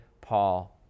Paul